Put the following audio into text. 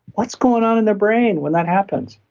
what's going on in their brain when that happens?